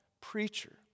preacher